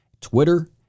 Twitter